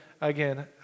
again